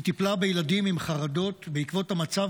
היא טיפלה בילדים עם חרדות בעקבות המצב